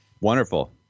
wonderful